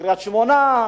קריית-שמונה,